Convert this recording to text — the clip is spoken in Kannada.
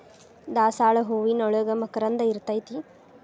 ದಾಸಾಳ ಹೂವಿನೋಳಗ ಮಕರಂದ ಇರ್ತೈತಿ